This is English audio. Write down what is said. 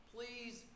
Please